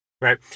Right